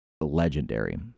legendary